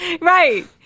Right